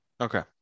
Okay